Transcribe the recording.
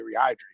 rehydrate